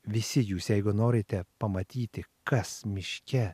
visi jūs jeigu norite pamatyti kas miške